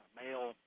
male